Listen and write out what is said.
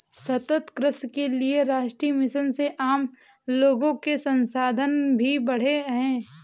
सतत कृषि के लिए राष्ट्रीय मिशन से आम लोगो के संसाधन भी बढ़े है